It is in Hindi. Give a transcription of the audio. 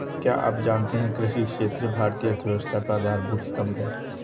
क्या आप जानते है कृषि क्षेत्र भारतीय अर्थव्यवस्था का आधारभूत स्तंभ है?